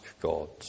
God